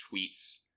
tweets